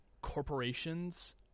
corporations